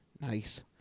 Nice